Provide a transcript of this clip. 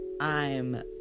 I'm-